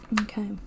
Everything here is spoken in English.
Okay